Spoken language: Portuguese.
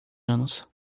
anos